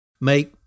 make